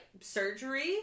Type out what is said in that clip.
surgery